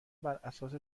براساس